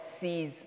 sees